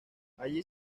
allí